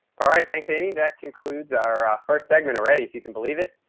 alright, thanks, amy. that concludes our first segment ready, if you can believe it.